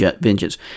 vengeance